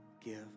give